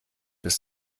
bis